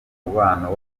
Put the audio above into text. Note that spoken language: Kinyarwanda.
umubano